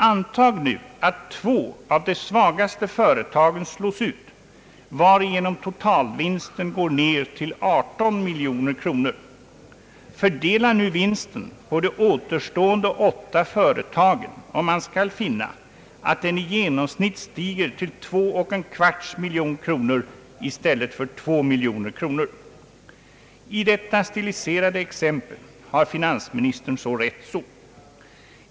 Antag nu att två av de svagaste företagen slås ut, varigenom totalvinsten går ned till 18 miljoner kronor. Fördela nu vinsten på de återstående åtta företagen, och man skall finna att den i genomsnitt stiger till två och en kvarts miljon kronor i stället för två miljoner kronor. I detta stiliserade exempel har finansministern så rätt.